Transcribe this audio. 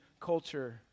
culture